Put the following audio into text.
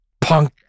Punk